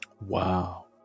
wow